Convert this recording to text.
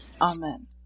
Amen